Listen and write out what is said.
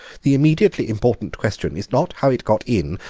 the immediately important question is not how it got in,